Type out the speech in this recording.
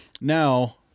Now